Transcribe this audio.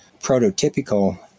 prototypical